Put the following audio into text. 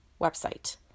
website